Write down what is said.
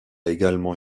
également